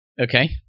okay